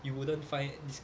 you wouldn't find this